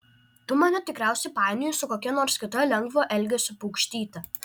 tu mane tikriausiai painioji su kokia nors kita lengvo elgesio paukštyte